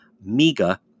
MEGA